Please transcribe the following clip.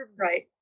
right